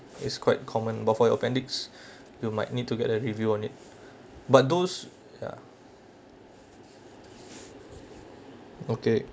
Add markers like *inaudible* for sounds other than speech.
it's quite common but for your appendix *breath* you might need to get a review on it but those ya okay